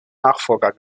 nachfolger